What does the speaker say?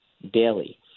daily